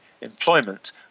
employment